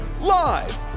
live